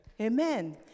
Amen